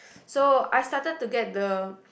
so I started to get the